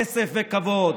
כסף וכבוד.